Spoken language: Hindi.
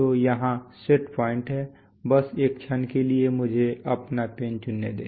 तो यहाँ सेट पॉइंट है बस एक क्षण के लिए मुझे अपना पेन चुनने दें